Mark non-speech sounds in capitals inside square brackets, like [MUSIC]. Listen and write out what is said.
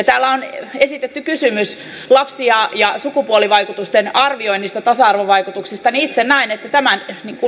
[UNINTELLIGIBLE] täällä on esitetty kysymys lapsi ja ja sukupuolivaikutusten arvioinnista ja tasa arvovaikutuksista niin itse näen että tämän